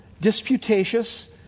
disputatious